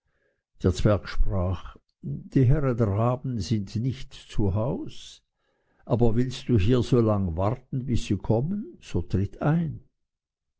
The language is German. der zwerg sprach die herren raben sind nicht zu haus aber willst du hier so lang warten bis sie kommen so tritt ein